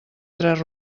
tres